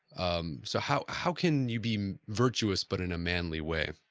um so how how can you be virtuous but in a manly way?